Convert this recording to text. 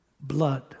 blood